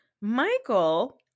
Michael